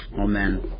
amen